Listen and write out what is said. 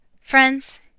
friends